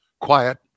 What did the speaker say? quiet